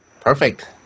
perfect